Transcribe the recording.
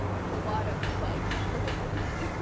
it was a lot of, like look at my pee.